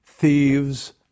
thieves